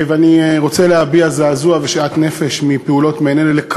ואני רוצה להביע זעזוע ושאט-נפש מפעולות מעין אלה,